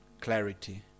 clarity